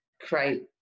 create